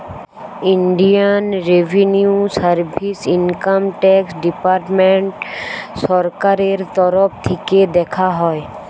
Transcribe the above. Indian revenue service income tax department সরকারের তরফ থিকে দেখা হয়